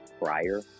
prior